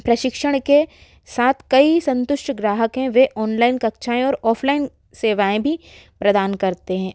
प्रशिक्षण के साथ कई संतुष्ट ग्राहक है वे ऑनलाइन कक्षायें और ऑफलाइन सेवायें भी प्रदान करते है